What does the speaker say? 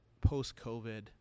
post-COVID